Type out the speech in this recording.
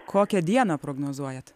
kokią dieną prognozuojat